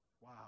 Wow